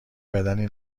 بدنی